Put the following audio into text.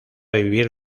vivir